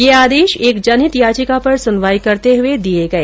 यह आदेश एक जनहित याचिका पर सुनवाई करते हुए दिए गए